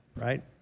right